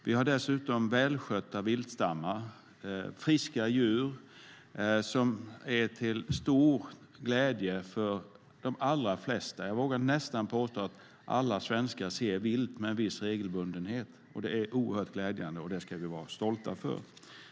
Vi har dessutom välskötta viltstammar med friska djur som är till stor glädje för de allra flesta. Jag vågar nästan påstå att alla svenskar ser vilt med en viss regelbundenhet. Det är oerhört glädjande, och det ska vi vara stolta över.